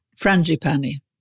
Frangipani